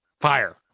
Fire